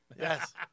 Yes